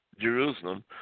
Jerusalem